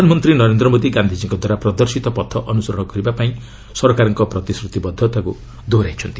ପ୍ରଧାନମନ୍ତ୍ରୀ ନରେନ୍ଦ୍ର ମୋଦି ଗାନ୍ଧିଜୀଙ୍କ ଦ୍ୱାରା ପ୍ରଦର୍ଶିତ ପଥ ଅନୁସରଣ କରିବା ପାଇଁ ସରକାରଙ୍କ ପ୍ରତିଶ୍ରତିବଦ୍ଧତାକୁ ଦୋହରାଇଛନ୍ତି